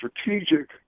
strategic